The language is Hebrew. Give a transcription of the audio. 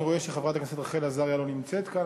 אני רואה שחברת הכנסת רחל עזריה לא נמצאת כאן,